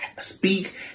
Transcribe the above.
speak